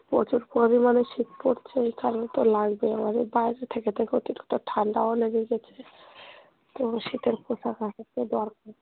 প্রচুর পরিমাণে শীত পড়ছে এখানে তো লাগবে আমাদের বাইরে থেকে থেকেও তো কিছুটা ঠান্ডাও লেগে গেছে তো শীতের পোশাক আশাক তো দরকার